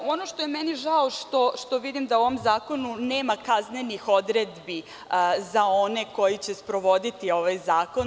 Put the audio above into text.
Meni je žao što vidim da u ovom zakonu nema kaznenih odredbi za one koji će sprovoditi ovaj zakon.